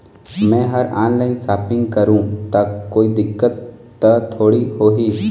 मैं हर online shopping करू ता कोई दिक्कत त थोड़ी होही?